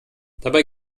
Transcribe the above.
dabei